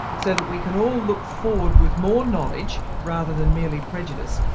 so that we can all look forward with more knowledge rather than merely prejudice.